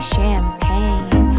Champagne